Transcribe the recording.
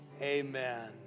amen